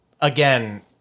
again